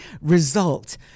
result